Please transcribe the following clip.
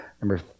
number